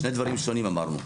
שני דברים שונים אמרנו.